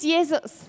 Jesus